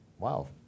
Wow